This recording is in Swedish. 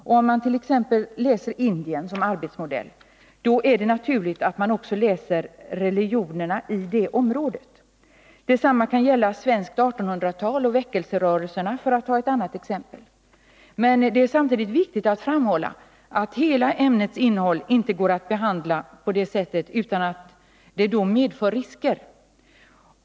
Om man t.ex. läser om Indien som arbetsmodell, är det naturligt att man också läser om religionerna i detta område. Detsamma kan gälla svenskt 1800-tal och väckelserörelserna — för att ta ett annat exempel. Men det är samtidigt viktigt att framhålla att hela ämnets innehåll inte går att behandla på det sättet utan att det då medför risker.